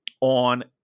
on